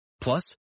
Plus